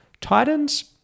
Titans